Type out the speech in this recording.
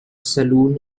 saloon